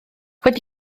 wedi